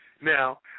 Now